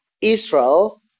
Israel